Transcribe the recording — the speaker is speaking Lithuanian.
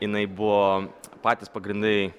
jinai buvo patys pagrindai